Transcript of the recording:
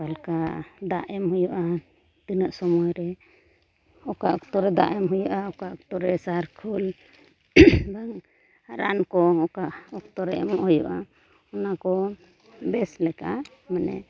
ᱚᱠᱟ ᱞᱮᱠᱟ ᱫᱟᱜ ᱮᱢ ᱦᱩᱭᱩᱜᱼᱟ ᱛᱤᱱᱟᱹᱜ ᱥᱚᱢᱚᱭ ᱨᱮ ᱚᱠᱟ ᱚᱠᱛᱚ ᱨᱮ ᱫᱟᱜ ᱠᱚ ᱮᱢ ᱦᱩᱭᱩᱜᱼᱟ ᱚᱠᱟ ᱚᱠᱛᱚᱨᱮ ᱥᱟᱨ ᱠᱷᱳᱞ ᱵᱟᱝ ᱨᱟᱱ ᱠᱚ ᱚᱠᱟ ᱚᱠᱛᱚᱨᱮ ᱮᱢᱚᱜ ᱦᱩᱭᱩᱜᱼᱟ ᱚᱱᱟ ᱠᱚ ᱵᱮᱥ ᱞᱮᱠᱟ ᱢᱟᱱᱮ